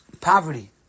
poverty